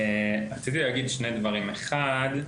רציתי להגיד שני דברים: אחד,